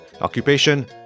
Occupation